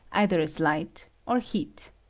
either as light or heat.